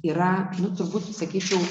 yra nu turbūt sakyčiau